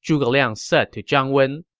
zhuge liang said to zhang wen,